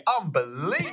unbelievable